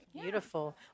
Beautiful